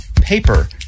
paper